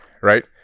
right